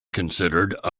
considered